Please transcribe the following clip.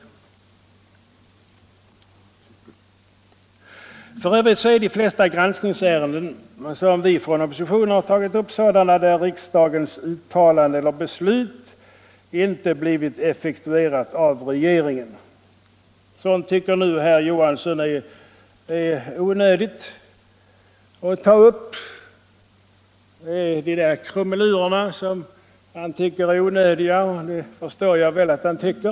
F. ö. är de flesta granskningsärenden som oppositionen tagit upp sådana där riksdagens uttalanden och beslut inte har blivit effektuerade av regeringen. Sådant anser nu herr Johansson att det är onödigt att ta upp; de där krumelurerna tycker han är obehövliga — och det förstår jag så väl att han tycker.